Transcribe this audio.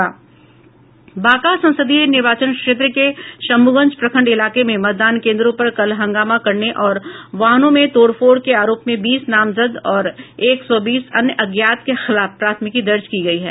बांका संसदीय निर्वाचन क्षेत्र के शंभुगंज प्रखंड इलाके में मतदान केन्द्रों पर कल हंगामा करने और वाहनों में तोड़फोड़ के आरोप में बीस नामजद और एक सौ बीस अन्य अज्ञात के खिलाफ प्राथमिकी दर्ज की गयी है